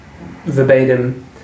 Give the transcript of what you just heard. verbatim